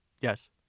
Yes